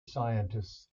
scientists